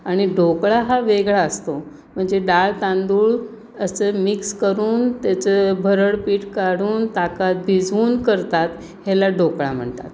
आणि ढोकळा हा वेगळा असतो म्हणजे डाळ तांदूळ असं मिक्स करून त्याचं भरडपीठ काढून ताकात भिजवून करतात ह्याला ढोकळा म्हणतात